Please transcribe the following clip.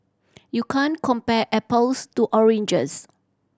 you can't compare apples to oranges